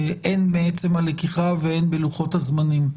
הן מעצם הלקיחה והן בלוחות הזמנים.